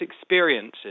experiences